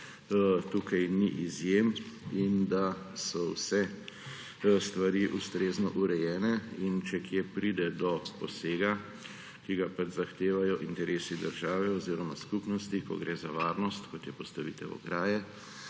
tukaj ni izjem in da so vse stvari ustrezno urejene. In če kje pride do posega, ki ga pač zahtevajo interesi države oziroma skupnosti, ko gre za varnost, kot je postavitev ograje,